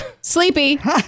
sleepy